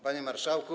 Panie Marszałku!